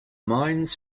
mines